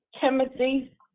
Timothy